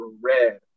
red